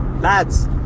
Lads